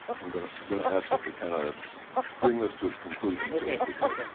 i'm going to going to ask that we kind of bring this to its conclusion soon, if we could.